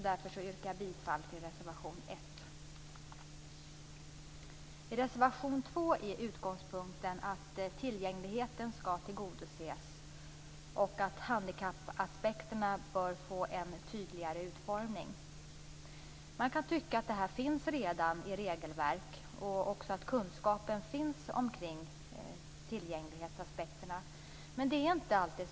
Därför yrkar jag bifall till reservation I reservation 2 är utgångspunkten att tillgängligheten skall tillgodoses och att handikappaspekterna bör få en tydligare utformning. Man kan tycka att detta redan finns i regelverk och att kunskapen finns om tillgänglighetsaspekterna, men det fungerar inte alltid.